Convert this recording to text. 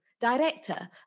director